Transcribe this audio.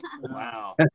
Wow